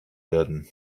werden